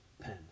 pen